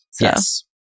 Yes